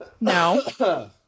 No